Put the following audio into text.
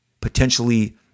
potentially